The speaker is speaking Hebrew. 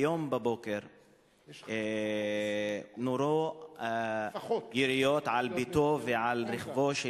היום בבוקר נורו יריות על ביתו ועל רכבו של